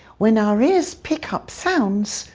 when our ears pick up sounds,